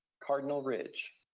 cardinal ridge.